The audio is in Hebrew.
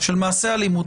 של מעשי אלימות,